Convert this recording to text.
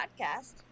Podcast